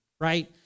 right